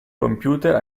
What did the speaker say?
computer